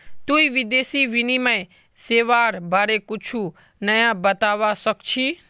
तुई विदेशी विनिमय सेवाआर बारे कुछु नया बतावा सक छी